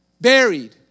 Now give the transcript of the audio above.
buried